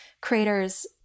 creators